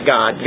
God